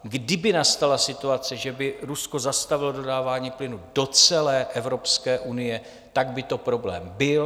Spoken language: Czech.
Kdyby nastala situace, že by Rusko zastavilo dodávání plynu do celé Evropské unie, tak by to problém byl.